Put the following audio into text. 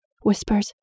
whispers